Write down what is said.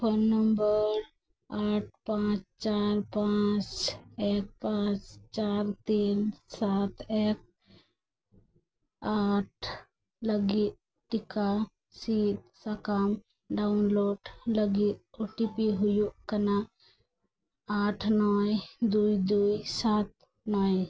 phone number ᱟᱴ ᱯᱟᱸᱪ ᱪᱟᱨ ᱯᱟᱸᱪ ᱮᱠ ᱯᱟᱸᱪ ᱪᱟᱨ ᱛᱤᱱ ᱥᱟᱛ ᱮᱠ ᱟᱴ ᱞᱟᱹᱜᱤᱫ ᱴᱤᱠᱟ ᱥᱤᱫ ᱥᱟᱠᱟᱢ ᱰᱟᱣᱩᱱᱞᱳᱰ ᱞᱟᱹᱜᱤᱫ ᱳ ᱴᱤ ᱯᱤ ᱦᱩᱭᱩᱜ ᱠᱟᱱᱟ ᱟᱴ ᱱᱚᱭ ᱫᱩᱭ ᱫᱩᱭ ᱥᱟᱛ ᱱᱚᱭ